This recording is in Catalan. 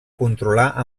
controlar